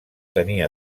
tenir